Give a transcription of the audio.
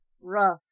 rough